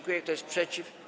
Kto jest przeciw?